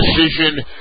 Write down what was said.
decision